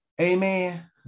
Amen